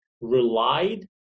relied